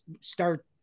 start